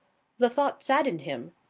the thought saddened him.